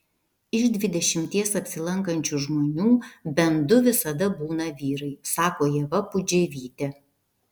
iš dvidešimties apsilankančių žmonių bent du visada būna vyrai sako ieva pudževytė